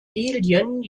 lilien